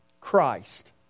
Christ